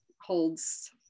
holds